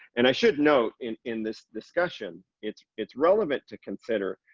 and i should know in in this discussion, it's it's relevant to consider.